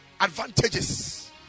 Advantages